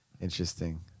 Interesting